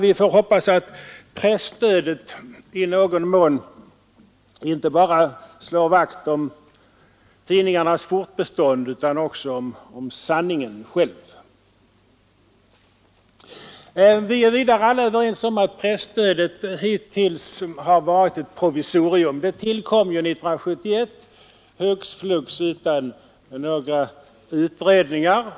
Vi får hoppas att presstödet i någon mån inte bara slår vakt om tidningarnas fortbestånd utan också om sanningshalten. Vi är alla överens om att presstödet hittills har varit ett provisorium. Det tillkom ju 1971 hux flux utan några utredningar.